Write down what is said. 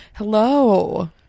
hello